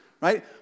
right